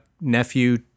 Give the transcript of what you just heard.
nephew